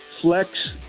flex